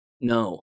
No